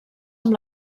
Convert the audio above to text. amb